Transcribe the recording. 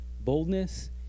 boldness